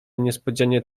niespodzianie